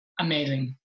amazing